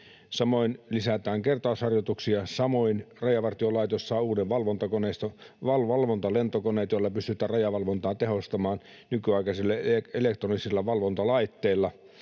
samoin lisätään kertausharjoituksia, samoin Rajavartiolaitos saa uuden valvontakoneiston, valvontalentokoneet, joilla pystytään rajavalvontaa tehostamaan nykyaikaisilla elektronisilla valvontalaitteilla.